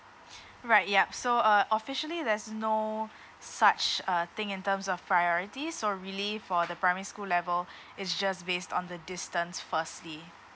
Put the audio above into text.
right ya so uh officially there's no such uh thing in terms of priority so really for the primary school level it's just based on the distance firstly